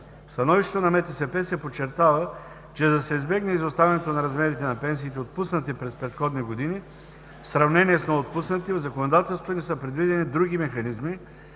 В становището на МТСП се подчертава, че за да се избегне изоставането на размерите на пенсиите, отпуснати през предходни години, в сравнение с новоотпуснатите, в законодателството ни са предвидени други механизми: